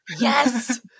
Yes